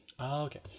okay